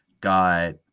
got